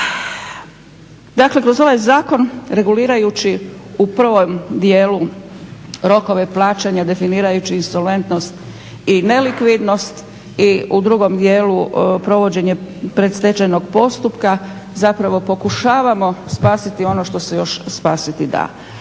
Dakle, kroz ovaj zakon regulirajući u prvom dijelu rokove plaćanja, definirajući insolventnost i nelikvidnost, i u drugom dijelu provođenje predstečajnog postupka, zapravo pokušavamo spasiti ono što se još spasiti da.